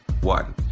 one